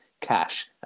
cash